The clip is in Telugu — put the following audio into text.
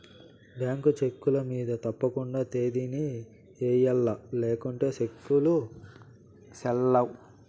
బ్యేంకు చెక్కుల మింద తప్పకండా తేదీని ఎయ్యల్ల లేకుంటే సెక్కులు సెల్లవ్